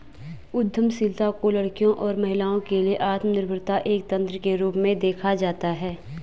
उद्यमशीलता को लड़कियों और महिलाओं के लिए आत्मनिर्भरता एक तंत्र के रूप में देखा जाता है